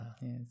yes